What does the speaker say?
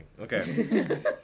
Okay